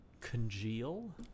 congeal